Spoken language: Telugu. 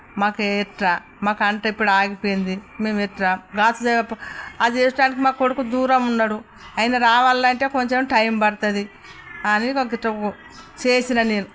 మాకెట్టా మాకంటిప్పుడు ఆగిపోయింది మేమెట్లా గాస్ అప్ అది వేసేటానికి మా కొడుకు దూరమున్నడు ఆయన రావాలంటే కొంచెం టైం పడుతుంది చేసిన నేను